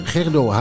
Gerdo